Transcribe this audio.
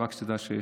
רק שתדע,